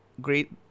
great